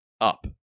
up